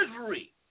misery